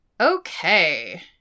Okay